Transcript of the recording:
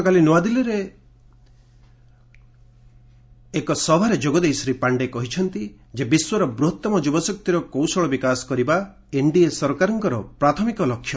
ଗତକାଲି ନୂଆଦିଲ୍ଲୀରେ ଏକ ସଭାରେ ଯୋଗଦେଇ ଶ୍ରୀ ପାଶ୍ଡେ କହିଛନ୍ତି ଯେ ବିଶ୍ୱର ବୃହତ୍ତମ ଯୁବଶକ୍ତିର କୌଶଳ ବିକାଶ କରିବା ଏନ୍ଡିଏ ସରକାରଙ୍କର ପ୍ରାଥମିକ ଲକ୍ଷ୍ୟ